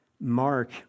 Mark